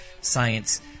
science